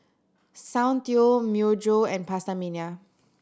Soundteoh Myojo and PastaMania